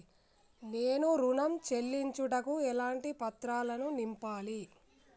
నేను ఋణం చెల్లించుటకు ఎలాంటి పత్రాలను నింపాలి?